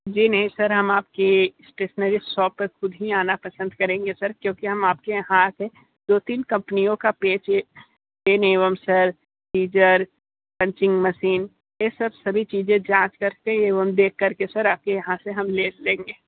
जी नहीं सर हम आपकी स्टेशनेरी शॉप पर खुद ही आना पसंद करेंगे सर क्योंकि हम आपके यहां के दो तीन कम्पनियों का पेज पेन एवं sir scissor punching machine scissor ये सब सभी चीज़ें जांच करके एवं देख करके सर आपके यहां से हम ले लेंगे